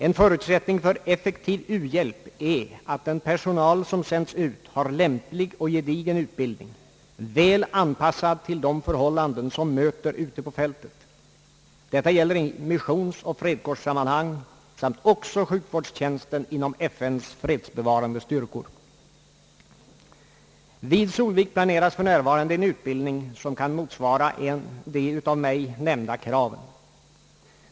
En förutsättning för effektiv uhjälp är att den personal som sändes ut har lämplig och gedigen utbildning, väl anpassad till de förhållanden som möter ute på fältet. Detta gäller i missionsoch fredskårssammanhang, och det gäller också sjukvårdstjänsten inom FN:s fredsbevarande styrkor. Vid Solvik planeras f.n. en utbildning som kan motsvara de av mig nämnda kraven.